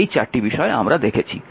এই 4টি বিষয় আমরা দেখেছি